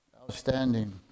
outstanding